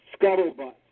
scuttlebutt